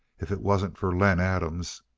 if it wasn't for len adams